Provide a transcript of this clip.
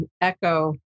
echo